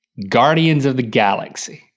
guardians of the galaxy.